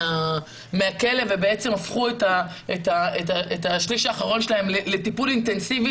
מהכלא ובעצם הפכו את השליש האחרון שלהם לטיפול אינטנסיבי.